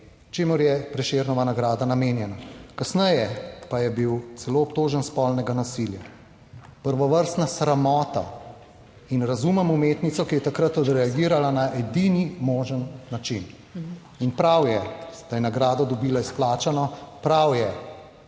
čemur je Prešernova nagrada namenjena. Kasneje pa je bil celo obtožen spolnega nasilja. Prvovrstna sramota. In razumem umetnico, ki je takrat odreagirala na edini možen način. In prav je, da je nagrado dobila izplačano. Prav je,